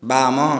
ବାମ